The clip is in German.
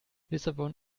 lissabon